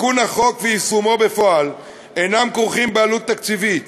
תיקון החוק ויישומו בפועל אינם כרוכים בעלות תקציבית.